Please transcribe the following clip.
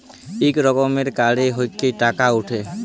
ইক রকমের কাড়ে ক্যইরে টাকা উঠে